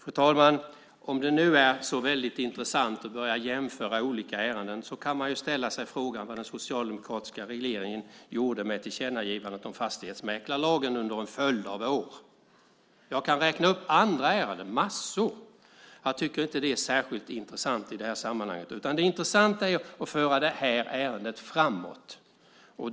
Fru talman! Om det nu är så väldigt intressant att börja jämföra olika ärenden kan man ställa sig frågan vad den socialdemokratiska regeringen gjorde med tillkännagivandet om fastighetsmäklarlagen under en följd av år. Jag kan räkna upp massor av andra ärenden. Det är inte särskilt intressant i det här sammanhanget. Det intressanta är att föra detta ärende framåt.